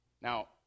Now